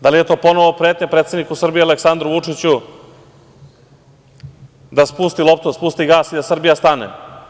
Da li je to ponovo pretnja predsedniku Srbije Aleksandru Vučiću da spusti loptu, da spusti gas i da Srbija stane?